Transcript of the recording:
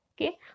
okay